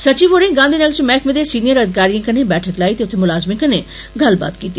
सचिव होरे गांधीनगर च मैहकमें दे सीनियर अधिकारियें कन्नै बैठक लाई ते उत्थै मलाजमें कन्नै गल्लबात कीती